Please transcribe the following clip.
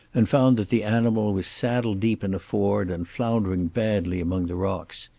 and found that the animal was saddle deep in a ford, and floundering badly among the rocks.